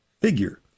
figure